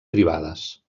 privades